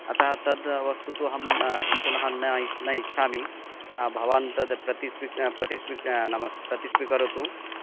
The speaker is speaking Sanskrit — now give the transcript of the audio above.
अतः तद् वस्तु तु अहं न पुनः न इ न इच्छामि भवान् तद् प्रतिस्वीक् प्रतिस्वीक् नाम प्रतिस्वीकरोतु